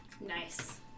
Nice